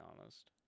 honest